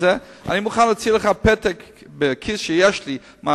אני מוכן להוציא לך פתק שיש לי בכיס,